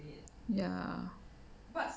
ya